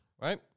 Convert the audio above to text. right